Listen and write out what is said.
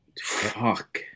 Fuck